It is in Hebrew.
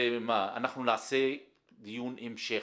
אנחנו נעשה דיון המשך